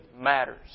matters